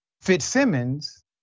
Fitzsimmons